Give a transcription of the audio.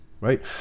right